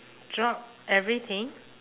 drop everything